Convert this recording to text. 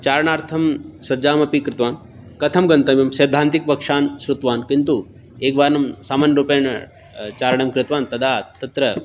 चारणार्थं सज्जामपि कृतवान् कथं गन्तव्यं सैद्धान्तिकपक्षान् श्रुतवान् किन्तु एकवारं सामान्यरूपेण चारणं कृतवान् तदा तत्र